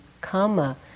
karma